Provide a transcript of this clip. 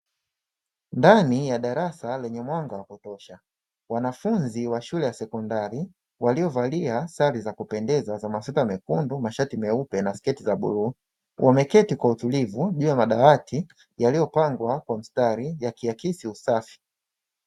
Ndani ya darasa lenye mwanga wa kutosha, wanafunzi wa sekondari waliovalia sare za kupendeza za masweta mekundu, mashati meupe na sketi za bluu. Wameketi kwa utulivu juu ya madawati yaliyopangwa kwa mstari, yakiakisi usafi .